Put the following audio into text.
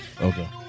Okay